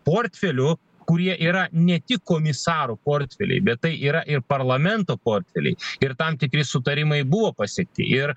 portfelių kurie yra ne tik komisarų portfeliai bet tai yra ir parlamento portfeliai ir tam tikri sutarimai buvo pasėti ir